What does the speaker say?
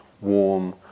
warm